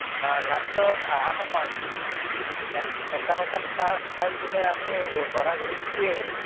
লাষ্টত আহা সময়ত এ একাপ একাপ চাহ খাই পেলাই আমি ঘৰা ঘৰি গুচি আহিম